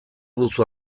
duzu